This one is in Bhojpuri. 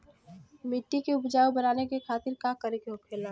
मिट्टी की उपजाऊ बनाने के खातिर का करके होखेला?